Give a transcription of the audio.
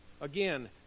again